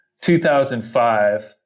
2005